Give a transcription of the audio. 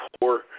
poor